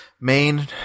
main